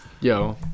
Yo